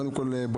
קודם כול,